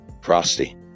Frosty